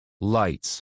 Lights